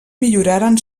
milloraren